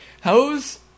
How's